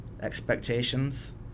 expectations